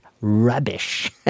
rubbish